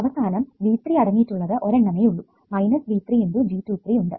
അവസാനം V3 അടങ്ങിയിട്ടുള്ളത് ഒരെണ്ണമേ ഉള്ളു V3 × G23 ഉണ്ട്